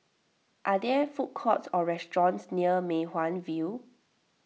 are there food courts or restaurants near Mei Hwan View